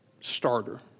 starter